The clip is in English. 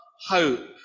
hope